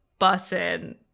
bussin